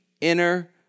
inner